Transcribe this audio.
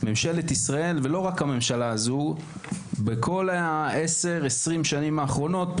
ולא רק הממשלה הנוכחית - ב-20-10 שנה האחרונות